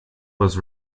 was